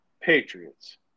Patriots